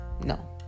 no